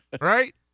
right